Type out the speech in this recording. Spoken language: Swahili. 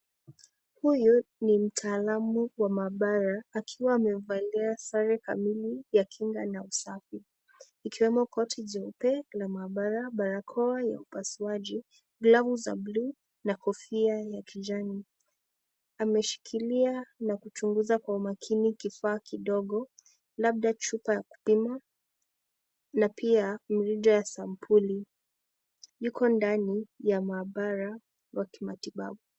Huyu ni mtaalamu wa maabara akiwa amevalia sare kamili ya Kinga na usafi ikiwemo barakoa ya upasuaji glavu za buluu na kofia za kijani ameshikilia na kuchunguza kwa kimakini kifaa kidogo labda chupa ya kjpima na pia mricha ya sampuli yuko ndani ya maabara ya kimatibabu.